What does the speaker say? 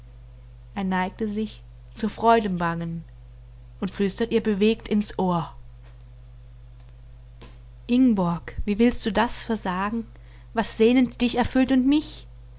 er neigte sich zur freudebangen und flüstert ihr bewegt ins ohr ingborg wie willst du das versagen was sehnend dich erfüllt und mich